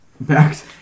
Back